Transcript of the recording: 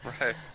Right